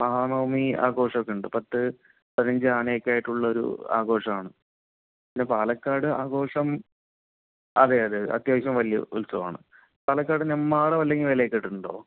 മഹാനവമി ആഘോഷമൊക്കെയുണ്ട് പത്തു പതിനഞ്ചു ആനയൊക്കെ ആയിട്ടുള്ള ഒരു ആഘോഷമാണ് പിന്നെ പാലക്കാട് ആഘോഷം അതെയതെ അത്യാവശ്യം വലിയ ഉത്സവമാണ് പാലക്കാട് നെമ്മാറ വല്ലങ്ങി വേലയൊക്കെ കേട്ടിട്ടുണ്ടോ